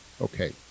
okay